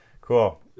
Cool